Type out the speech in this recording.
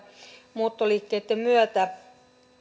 muuttoliikkeitten myötä